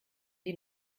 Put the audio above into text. die